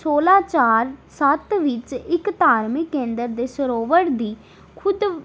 ਸੋਲ਼੍ਹਾਂ ਚਾਰ ਸੱਤ ਵਿੱਚ ਇੱਕ ਧਾਰਮਿਕ ਕੇਂਦਰ ਦੇ ਸਰੋਵਰ ਦੀ ਖੁਦ